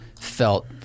felt